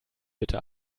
bitte